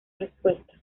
respuesta